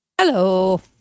hello